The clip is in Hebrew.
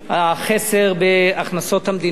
החסר בהכנסות המדינה,